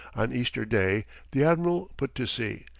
on easter day the admiral put to sea,